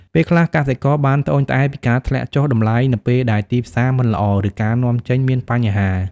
ពេលខ្លះ កសិករបានត្អូញត្អែរពីការធ្លាក់ចុះតម្លៃនៅពេលដែលទីផ្សារមិនល្អ ឬការនាំចេញមានបញ្ហា។